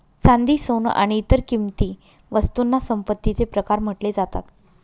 चांदी, सोन आणि इतर किंमती वस्तूंना संपत्तीचे प्रकार म्हटले जातात